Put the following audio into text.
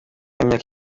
w’imyaka